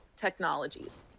technologies